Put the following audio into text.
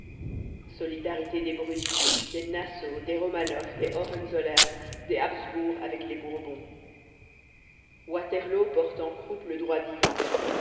solidarité des brunswick des nassau des romanoff des hohenzollern des habsbourg avec les bourbons waterloo porte en croupe le droit divin